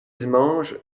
dimanche